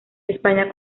españa